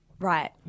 Right